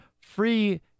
Free